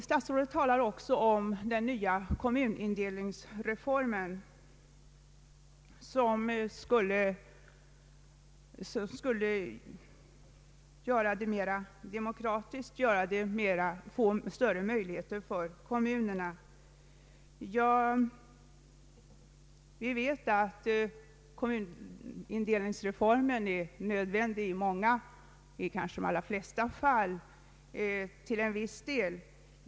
Statsrådet talar också om den nya kommunindelningsreformen, som skulle göra samhället mera demokratiskt och ge större möjligheter för kommunerna. Vi vet att kommunindelningsreformen är nödvändig i många fall.